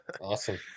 Awesome